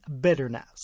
bitterness